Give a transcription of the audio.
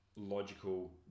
logical